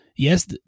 Yes